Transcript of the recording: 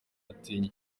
atinya